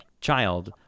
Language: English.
child